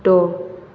द'